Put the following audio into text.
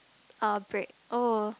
a break oh